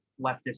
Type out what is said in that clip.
leftist